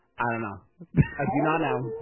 i don't know i do not know.